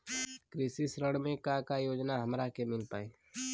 कृषि ऋण मे का का योजना हमरा के मिल पाई?